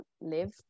live